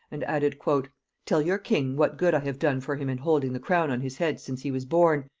and added tell your king what good i have done for him in holding the crown on his head since he was born,